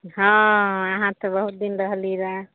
हँ आहाँ तऽ बहुत दिन रहली रऽ